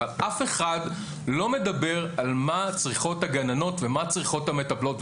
אבל אף אחד לא מדבר על מה צריכות הגננות ומה צריכות המטפלות.